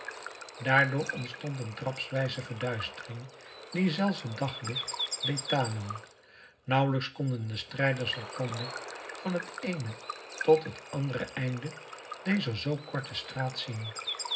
daardoor ontstond een trapswijze verduistering die zelfs het daglicht deed tanen nauwelijks konden de strijders elkander van het eene tot het andere einde dezer zoo korte straat zien